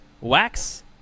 Wax